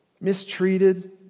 mistreated